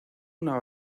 una